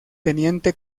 teniente